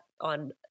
on